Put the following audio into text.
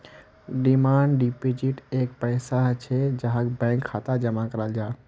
demand deposit एक पैसा छे जहाक बैंक खातात जमा कराल जाहा